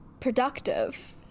productive